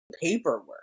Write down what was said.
paperwork